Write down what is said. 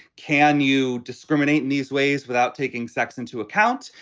can you discriminate in these ways without taking sex into account?